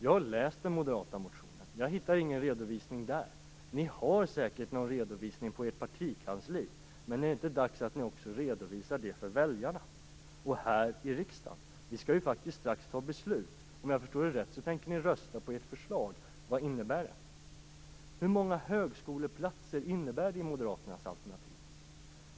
Jag har läst den moderata motionen. Jag hittar ingen redovisning där. Vad innebär det? Hur många högskoleplatser finns det i Moderaternas alternativ?